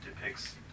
depicts